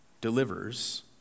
delivers